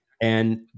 And-